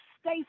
stay